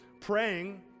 praying